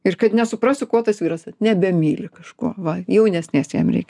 ir kad nesuprasiu kuo tas vyras nebemyli kažko va jaunesnės jam reik